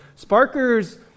sparkers